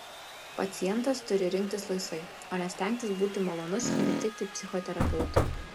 pacientas turi rinktis laisvai o ne stengtis būti malonus ir įtikti psichoterapeutui